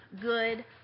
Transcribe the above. good